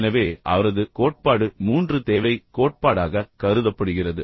எனவே அவரது கோட்பாடு 3 தேவை கோட்பாடாக கருதப்படுகிறது